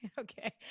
Okay